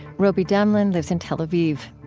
robi damelin lives in tel aviv.